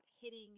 hitting